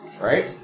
right